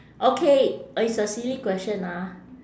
okay it's a silly question ah